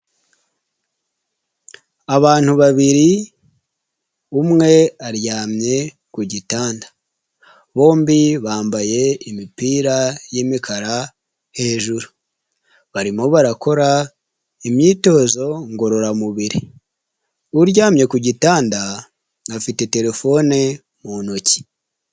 Abantu babiri umwe aryamye ku gitanda bombi bambaye imipira y'imikara hejuru barimo barakora imyitozo ngororamubiri uryamye ku gitanda afite terefone mu ntoki.